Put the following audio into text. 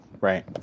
Right